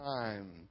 time